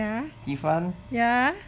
yeah yeah